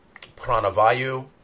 pranavayu